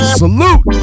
salute